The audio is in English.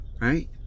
Right